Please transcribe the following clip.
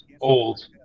old